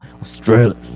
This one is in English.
australia